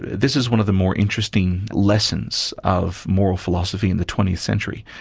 this is one of the more interesting lessons of moral philosophy in the twentieth century.